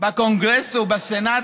בקונגרס ובסנאט?